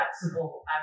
flexible